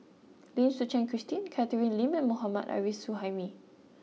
Lim Suchen Christine Catherine Lim and Mohammad Arif Suhaimi